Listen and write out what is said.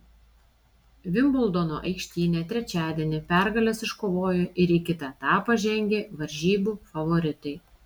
vimbldono aikštyne trečiadienį pergales iškovojo ir į kitą etapą žengė varžybų favoritai